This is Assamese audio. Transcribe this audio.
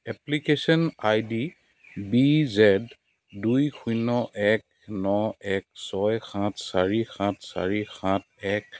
application I D B Z দুই শূন্য এক ন এক ছয় সাত চাৰি সাত চাৰি সাত এক